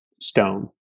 stone